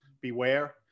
beware